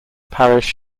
parish